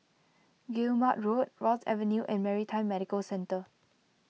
Guillemard Road Ross Avenue and Maritime Medical Centre